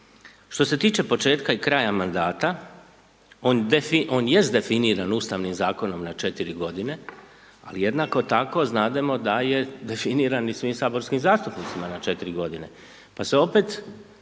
Što se tiče početka i kraja mandata, on jest definiran ustavnim zakonom na 4 godine, ali jednako tako znademo da je definiran i svim saborskim zastupnicima na 4 godine,